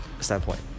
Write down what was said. standpoint